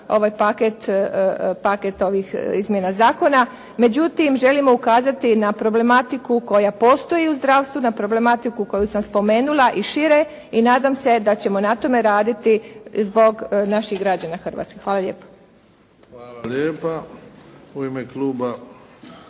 ovih izmjena zakona međutim želimo ukazati na problematiku koja postoji u zdravstvu. Na problematiku koju sam spomenula i šire i nadam se da ćemo na tome raditi zbog naših građana Hrvatske. Hvala lijepo. **Bebić, Luka